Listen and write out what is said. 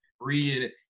read